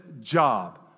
job